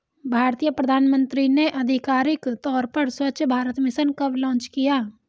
भारतीय प्रधानमंत्री ने आधिकारिक तौर पर स्वच्छ भारत मिशन कब लॉन्च किया?